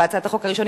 בהצעת החוק הראשונית,